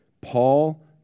Paul